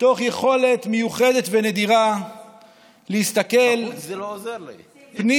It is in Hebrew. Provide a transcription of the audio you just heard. תוך יכולת מיוחדת ונדירה להסתכל פנימה,